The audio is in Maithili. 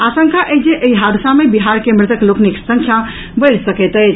आशंका अछि जे एहि हादसा मे बिहार के मृतक लोकनिक संख्या बढ़ि सकैत अछि